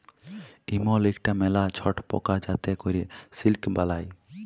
ইমল ইকটা ম্যালা ছট পকা যাতে ক্যরে সিল্ক বালাই